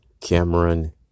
Cameron